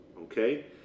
Okay